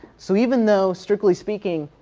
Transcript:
so even though strictly speaking,